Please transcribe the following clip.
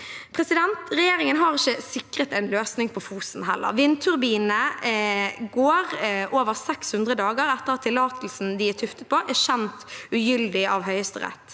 salen. Regjeringen har ikke sikret en løsning på Fosen. Vindturbinene går – over 600 dager – etter at tillatelsen de er tuftet på, er kjent ugyldig av Høyesterett.